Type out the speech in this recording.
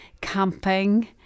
camping